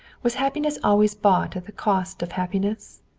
was happiness always bought at the cost of happiness?